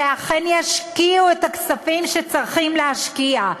שאכן ישקיעו את הכספים שצריכים להשקיע,